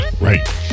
Right